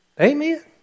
Amen